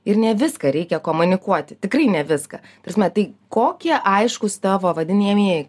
ir ne viską reikia komunikuoti tikrai ne viską ta prasme tai kokie aiškūs tavo vadinamieji